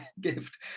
gift